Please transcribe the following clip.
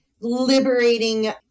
liberating